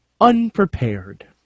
unprepared